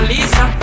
Lisa